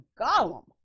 Gollum